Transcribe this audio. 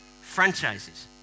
franchises